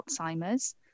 Alzheimer's